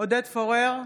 עודד פורר,